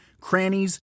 crannies